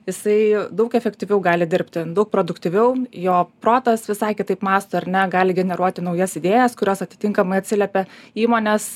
jisai daug efektyviau gali dirbti daug produktyviau jo protas visai kitaip mąsto ar ne gali generuoti naujas idėjas kurios atitinkamai atsiliepia įmonės